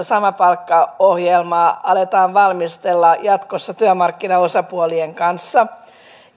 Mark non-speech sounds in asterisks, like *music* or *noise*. *unintelligible* samapalkkaohjelmaa aletaan valmistella jatkossa työmarkkinaosapuolien kanssa